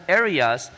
areas